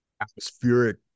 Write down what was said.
atmospheric